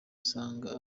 usanga